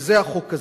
וזה החוק הזה.